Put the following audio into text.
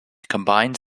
combines